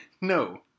No